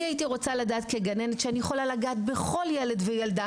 אני הייתי רוצה לדעת כגננת שאני יכולה לגעת בכל ילד וילדה